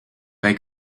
they